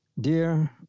Dear